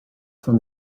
from